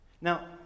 Now